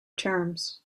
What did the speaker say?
terms